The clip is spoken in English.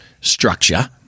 structure